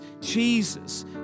Jesus